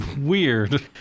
Weird